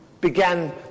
began